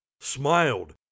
smiled